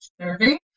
Survey